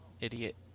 idiot